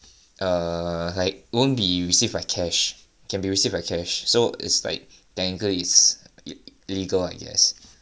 err like won't be received by cash can be received by cash so is like technically is illegal I guess